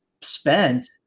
spent